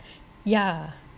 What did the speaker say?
yeah